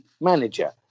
manager